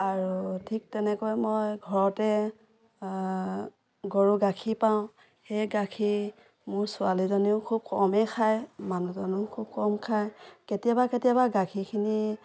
আৰু ঠিক তেনেকৈ মই ঘৰতে গৰুৰ গাখীৰ পাওঁ সেই গাখীৰ মোৰ ছোৱালীজনীও খুব কমেই খায় মানুহজনেও খুব কম খায় কেতিয়াবা কেতিয়াবা গাখীৰখিনি